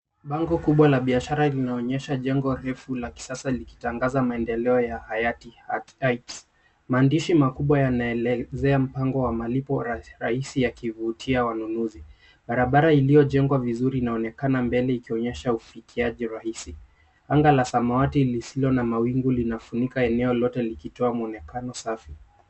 Bango kubwa la biashara linaonyesha jengo refu la kisasa likitangaza maendeleo ya Hayat Heights. Maandishi makubwa yanaelezea mpango wa malipo rahisi yakivutia wanunuzi. Barabara iliyojengwa vizuri inaonekana mbele ikionyesha ufikiaji rahisi. Anga la samawati lisilo na mawingu linafunika eneo lote likitoa mwonekano safi.